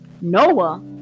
Noah